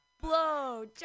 Blow